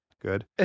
Good